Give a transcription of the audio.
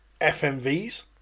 FMVs